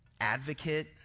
advocate